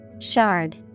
Shard